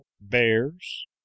bears